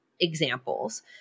examples